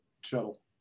shuttle